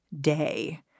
day